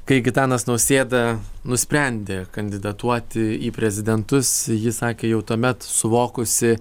kai gitanas nausėda nusprendė kandidatuoti į prezidentus ji sakė jau tuomet suvokusi